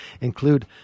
include